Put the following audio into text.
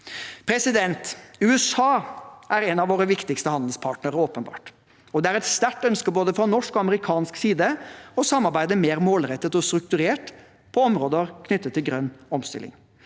er åpenbart en av våre viktigste handelspartnere, og det er et sterkt ønske fra både norsk og amerikansk side om å samarbeide mer målrettet og strukturert på områder knyttet til grønn omstilling.